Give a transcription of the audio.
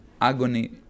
agony